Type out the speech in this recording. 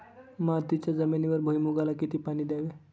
मातीच्या जमिनीवर भुईमूगाला किती पाणी द्यावे?